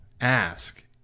ask